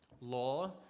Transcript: law